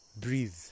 breathe